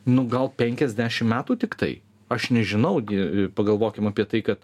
nu gal penkiasdešim metų tiktai aš nežinau gi pagalvokim apie tai kad